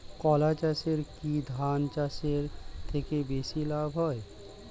কলা চাষে কী ধান চাষের থেকে বেশী লাভ হয়?